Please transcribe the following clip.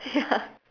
ya